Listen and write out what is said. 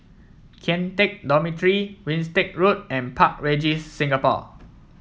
Kian Teck Dormitory Winstedt Road and Park Regis Singapore